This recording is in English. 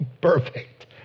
perfect